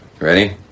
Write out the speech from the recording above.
Ready